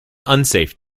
unsafe